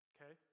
Okay